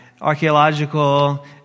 archaeological